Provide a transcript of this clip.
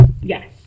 Yes